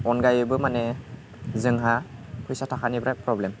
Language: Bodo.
अनगायैबो माने जोंहा फैसा थाखानि बिरात प्रब्लेम